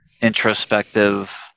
introspective